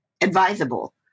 advisable